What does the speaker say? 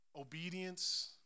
obedience